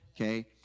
okay